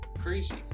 Crazy